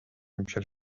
michel